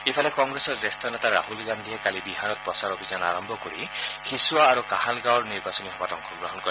ইফালে কংগ্ৰেছৰ জ্যেষ্ঠ নেতা ৰাহুল গান্ধীয়ো কালি বিহাৰত প্ৰচাৰ অভিযান আৰম্ভ কৰি হিছোৱা আৰু কাহালগাঁৱত নিৰ্বাচনী সভাত অংশগ্ৰহণ কৰে